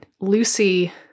Lucy